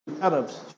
Arabs